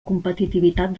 competitivitat